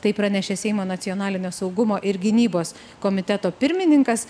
tai pranešė seimo nacionalinio saugumo ir gynybos komiteto pirmininkas